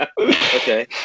Okay